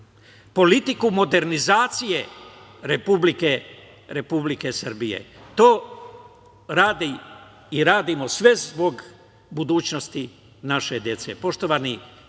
politiku modernizacije Republike Srbije. To radi i radimo sve zbog budućnosti naše dece. Poštovani